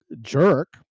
Jerk